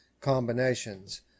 combinations